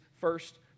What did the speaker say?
first